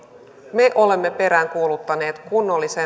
me olemme peräänkuuluttaneet kunnollista